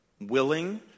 willing